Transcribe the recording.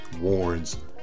warns